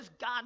God